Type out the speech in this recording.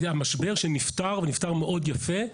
היה משבר שנפתר ונפתר מאוד יפה.